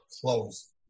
Close